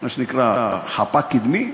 מה שנקרא חפ"ק קדמי.